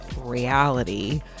reality